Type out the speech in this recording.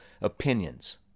opinions